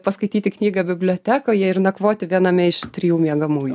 paskaityti knygą bibliotekoje ir nakvoti viename iš trijų miegamųjų